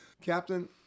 Captain